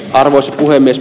arvoisa puhemies